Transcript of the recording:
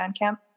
Bandcamp